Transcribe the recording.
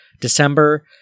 December